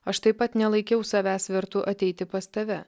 aš taip pat nelaikiau savęs vertu ateiti pas tave